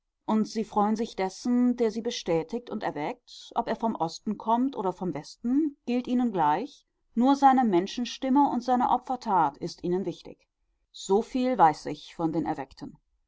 und sie freuen sich dessen der sie bestätigt und erweckt ob er vom osten kommt oder vom westen gilt ihnen gleich nur seine menschenstimme und seine opfertat ist ihnen wichtig so viel weiß ich von den erweckten